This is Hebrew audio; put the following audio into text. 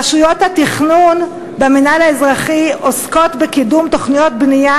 רשויות התכנון במינהל האזרחי עוסקות בקידום תוכניות בנייה